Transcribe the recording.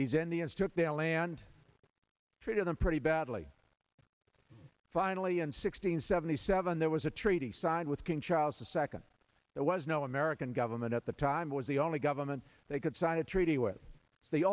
these indians took their land treated them pretty badly finally and sixteen seventy seven there was a treaty signed with king charles the second there was no american government at the time was the only government that could sign a treaty with the